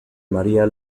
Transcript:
maría